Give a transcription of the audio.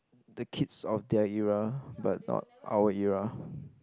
the kids of their era but not our era